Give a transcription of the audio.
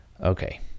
Okay